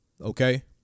okay